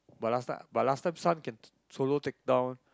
but last time but last time Sun can solo take down